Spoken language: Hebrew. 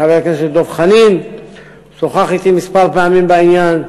חבר הכנסת דב חנין שוחח אתי כמה פעמים בעניין,